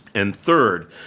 and third,